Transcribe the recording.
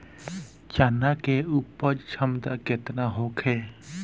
चना के उपज क्षमता केतना होखे?